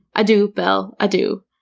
adieu, belle, adieu.